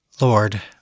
Lord